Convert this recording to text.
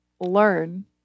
learn